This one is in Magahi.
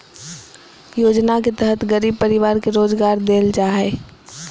योजना के तहत गरीब परिवार के रोजगार देल जा हइ